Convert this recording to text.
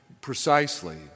precisely